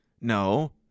No